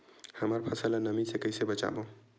हमर फसल ल नमी से क ई से बचाबो?